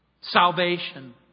salvation